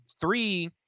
three